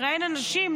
מראיינים אנשים.